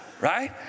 Right